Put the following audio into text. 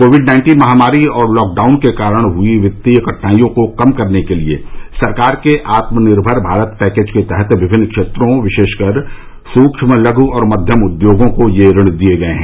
Covid nineteen महामारी और lockdown से हुई वित्तीय कठिनाइयों को कम करने के लिए सरकार के आत्मनिर्भर भारत पैकेज के तहत विभिन्न क्षेत्रों विशेषकर सूक्ष्मलघु और मध्यम उद्यमों को यह ऋण दिये गये हैं